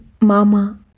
mama